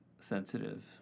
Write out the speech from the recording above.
sensitive